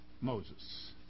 Moses